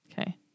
Okay